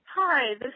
Hi